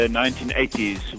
1980s